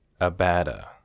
Abada